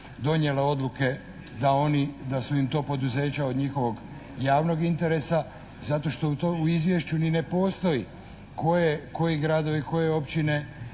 donijele odluke da oni, da su im to poduzeća od njihovog javnog interesa zato što to u izvješću ni ne postoji. Koji gradovi, koje općine,